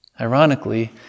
ironically